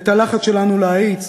את הלחץ שלנו להאיץ,